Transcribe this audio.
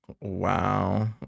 Wow